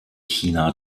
china